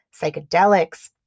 psychedelics